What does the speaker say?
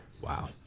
Wow